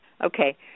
Okay